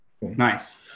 Nice